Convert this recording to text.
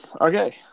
okay